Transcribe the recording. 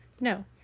no